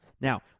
Now